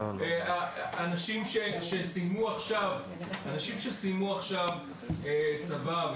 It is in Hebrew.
אנשים שסיימו עכשיו צבא,